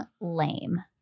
lame